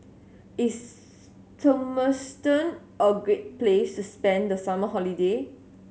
is Turkmenistan a great place to spend the summer holiday